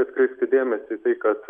atkreipti dėmesį į tai kad